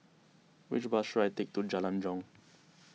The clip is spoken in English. which bus should I take to Jalan Jong